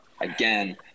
again